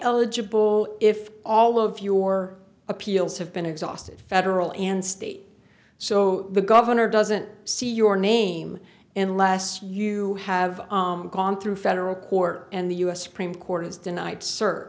eligible if all of your appeals have been exhausted federal and state so the governor doesn't see your name in less you have gone through federal court and the u s supreme court has denied